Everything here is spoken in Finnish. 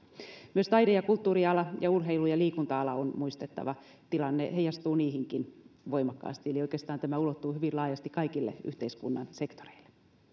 myös taide ja kulttuuriala ja urheilu ja liikunta ala on muistettava tilanne heijastuu niihinkin voimakkaasti eli oikeastaan tämä ulottuu hyvin laajasti kaikille yhteiskunnan sektoreille